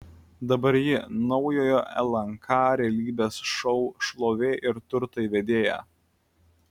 dabar ji naujojo lnk realybės šou šlovė ir turtai vedėja